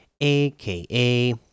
aka